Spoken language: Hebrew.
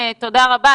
תודה רבה,